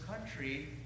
country